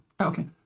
Okay